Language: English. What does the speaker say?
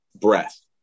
breath